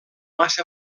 massa